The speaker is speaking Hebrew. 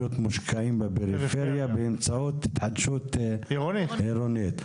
מושקעים בפריפריה באמצעות התחדשות עירונית.